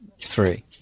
three